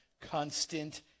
constant